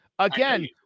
Again